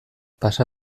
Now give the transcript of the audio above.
pasa